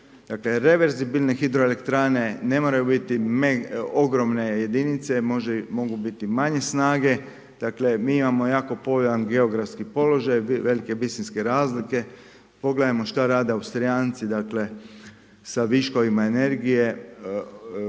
reverzibilne hidroelektrane ne moraju biti ogromne jedinice, mogu biti manje snage. Dakle, mi imamo jako povoljan geografski položaj, velike visinske razlike, pogledajmo šta rade Austrijanci dakle sa viškovima energije,